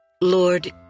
Lord